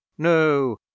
no